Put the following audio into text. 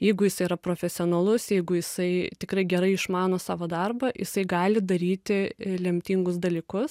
jeigu jisai yra profesionalus jeigu jisai tikrai gerai išmano savo darbą jisai gali daryti lemtingus dalykus